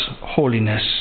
holiness